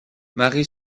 mary